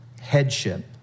headship